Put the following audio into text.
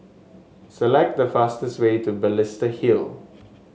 select the fastest way to Balestier Hill